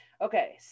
Okay